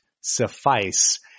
suffice